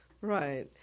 Right